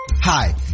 Hi